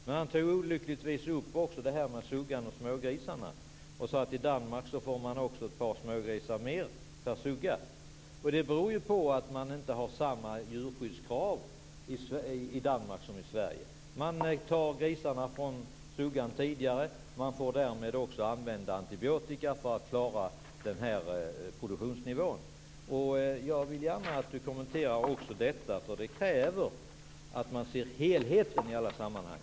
Men Inge Carlsson tog olyckligtvis upp frågan om suggan och smågrisarna. Han sade att det gick att få ett par smågrisar mer per sugga. Det beror på att man inte har samma djurskyddskrav i Danmark som i Sverige. Grisarna tas från suggan tidigare, och antibiotika får användas för att klara produktionsnivån. Jag vill gärna att Inge Carlsson kommenterar detta. Helheten måste ses i alla sammanhang.